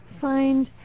find